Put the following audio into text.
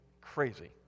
crazy